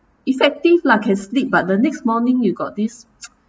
effective lah can sleep but the next morning you got this